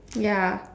ya